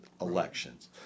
elections